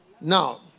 Now